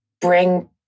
bring